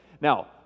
now